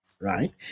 Right